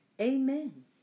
Amen